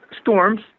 storms